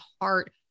heart